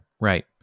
Right